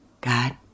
God